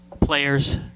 players